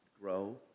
grow